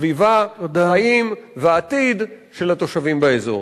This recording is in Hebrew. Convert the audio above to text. סביבה ועתיד של התושבים באזור.